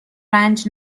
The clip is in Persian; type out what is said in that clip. رنج